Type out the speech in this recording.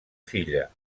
filla